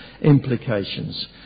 implications